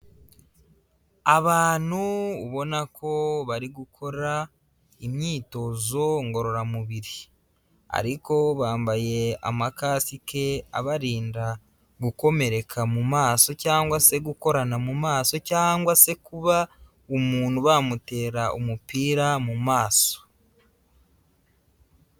Abantu ubona ko bari gukora imyitozo ngororamubiri ariko bambaye amakasike abarinda gukomereka mu maso cyangwa se gukorana mu maso cyangwa se kuba umuntu bamutera umupira mu maso.